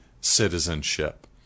citizenship